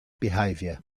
behavior